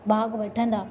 भाॻु वठंदा